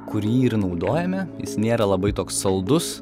kurį ir naudojame jis nėra labai toks saldus